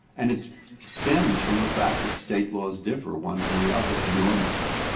and it's stems from the fact and state laws differ one from the other enormously.